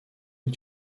est